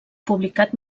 publicat